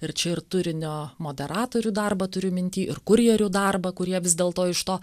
ir čia ir turinio moderatorių darbą turiu minty ir kurjerių darbą kurie vis dėlto iš to